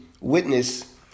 witness